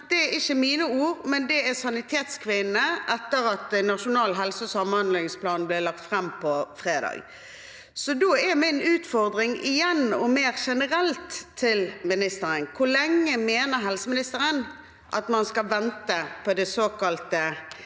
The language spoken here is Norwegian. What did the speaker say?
Det er ikke mine ord, men Sanitetskvinnenes, etter at Nasjonal helse- og samhandlingsplan ble lagt fram på fredag. Da er min utfordring mer generelt til ministeren: Hvor lenge mener helseministeren at man skal vente på det såkalte